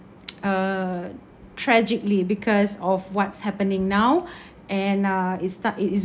uh tragically because of what's happening now and uh it start it is